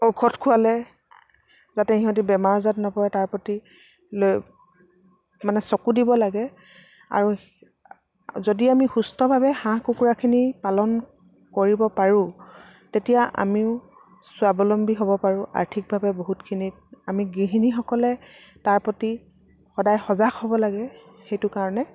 ঔষধ খোৱালে যাতে সিহঁতি বেমাৰ আজাৰত নপৰে তাৰ প্ৰতি লৈ মানে চকু দিব লাগে আৰু যদি আমি সুস্থভাৱে হাঁহ কুকুৰাখিনি পালন কৰিব পাৰো তেতিয়া আমিও স্বাৱলম্বী হ'ব পাৰোঁ আৰ্থিকভাৱে বহুতখিনিত আমি গৃহিণীসকলে তাৰ প্ৰতি সদায় সজাগ হ'ব লাগে সেইটো কাৰণে